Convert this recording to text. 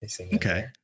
Okay